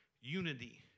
unity